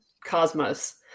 Cosmos